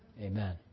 Amen